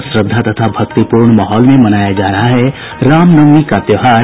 और श्रद्धा तथा भक्तिपूर्ण माहौल में मनाया जा रहा है रामनवमी का त्योहार